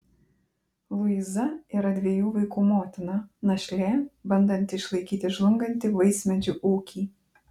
luiza yra dviejų vaikų motina našlė bandanti išlaikyti žlungantį vaismedžių ūkį